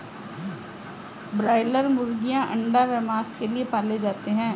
broiler मुर्गीयां अंडा व मांस के लिए पाले जाते हैं